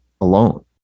alone